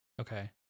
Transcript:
okay